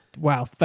Wow